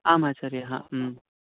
आमाचार्याः